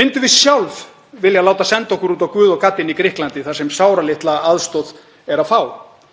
Myndum við sjálf vilja láta senda okkur út á guð og gaddinn í Grikklandi þar sem sáralitla aðstoð er að fá?